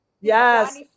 yes